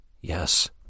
Yes